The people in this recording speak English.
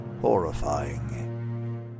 horrifying